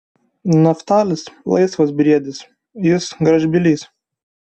neftalis laisvas briedis jis gražbylys